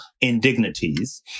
indignities